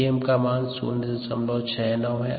Vm का मान 069 है